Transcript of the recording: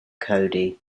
cody